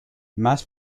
mass